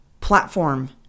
platform